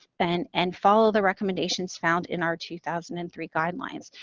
and and follow the recommendations found in our two thousand and three guidelines.